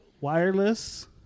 Wireless